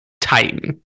titan